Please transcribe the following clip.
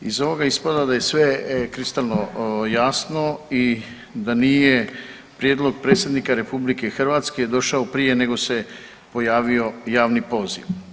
Iz ovoga ispada da je sve kristalno jasno i da nije prijedlog Predsjednika RH došao prije nego se pojavio javni poziv.